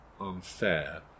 unfair